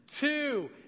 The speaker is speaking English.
two